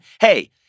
Hey